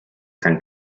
san